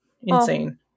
Insane